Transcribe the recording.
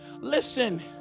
Listen